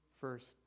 first